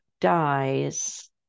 dies